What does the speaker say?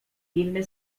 inny